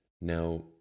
Now